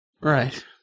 Right